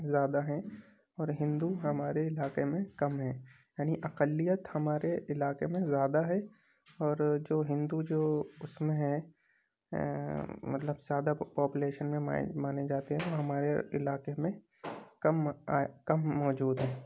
زیادہ ہیں اور ہندو ہمارے علاقے میں کم ہیں یعنی اقلیت ہمارے علاقے میں زیادہ ہے اور جو ہندو جو اس میں ہیں مطلب زیادہ پا پاپولیشن میں مائے مانے جاتے ہیں ہمارے علاقے میں کم کم موجود ہیں